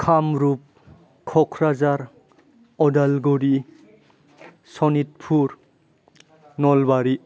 Kamrup Kokrajhar Udalguri Sonitpur Nalbari